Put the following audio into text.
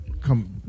come